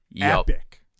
epic